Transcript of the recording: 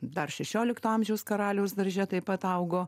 dar šešiolikto amžiaus karaliaus darže taip pat augo